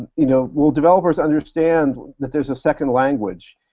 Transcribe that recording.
you know will developers understand that there's a second language?